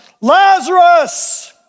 Lazarus